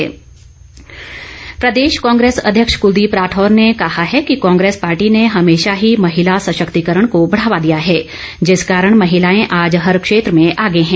राठौर प्रदेश कांग्रेस अध्यक्ष कुलदीप राठौर ने कहा है कि कांग्रेस पार्टी ने हमेशा ही महिला सशक्तिकरण को बढ़ावा दिया है जिस कारण महिलाएं आज हर क्षेत्र में आगे हैं